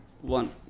one